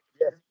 Yes